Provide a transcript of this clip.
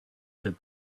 said